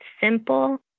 simple